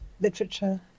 literature